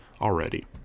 already